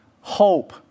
hope